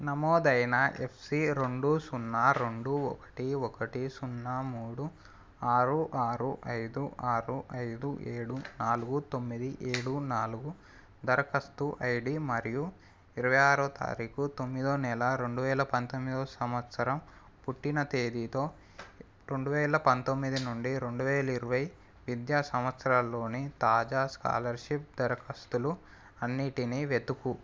నమోదైన యఫ్సి రెండు సున్నా రెండు ఒకటి ఒకటి సున్నా మూడు ఆరు ఆరు ఐదు ఆరు ఐదు ఏడు నాలుగు తొమ్మిది ఏడు నాలుగు దరఖాస్తు ఐడి మరియు ఇరవై ఆరో తారీఖు తొమ్మిదో నెల రెండు వేల పంతొమ్మిదివ సంవత్సరం పుట్టిన తేదీతో రెండు వేల పంతొమ్మిది నుండి రెండు వేల ఇరవై విద్యా సంవత్సరంలోని తాజా స్కాలర్షిప్ దరఖాస్తులు అన్నిటినీ వెతుకు